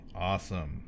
Awesome